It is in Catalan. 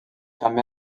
també